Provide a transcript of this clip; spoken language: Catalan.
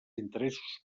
interessos